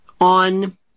on